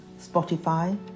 Spotify